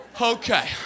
okay